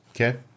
Okay